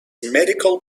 medical